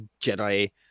Jedi